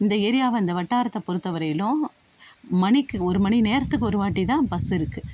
இந்த ஏரியாவை இந்த வட்டாரத்தை பொறுத்த வரையிலும் மணிக்கு ஒரு மணி நேரத்துக்கு ஒரு வாட்டிதான் பஸ் இருக்குது